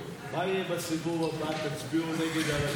2023, לוועדת העבודה והרווחה נתקבלה.